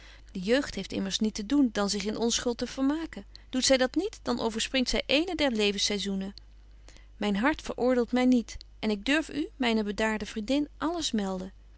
de jeugd heeft immers niet te doen dan zich in onschuld te vermaken doet zy dat niet dan overspringt zy ééne der levenssaisoenen myn hart veroordeelt my niet en ik durf u myne bedaarde vriendin alles melden